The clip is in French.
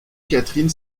catherine